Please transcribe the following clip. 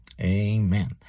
amen